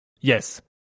Yes